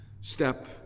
Step